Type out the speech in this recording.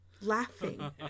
laughing